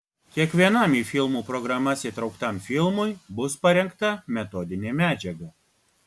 kiekvienam į filmų programas įtrauktam filmui bus parengta metodinė medžiaga